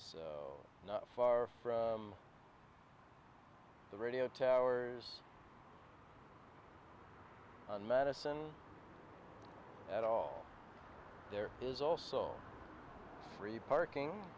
so not far from the radio towers on madison at all there is also free parking